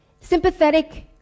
sympathetic